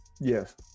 Yes